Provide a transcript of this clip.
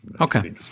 Okay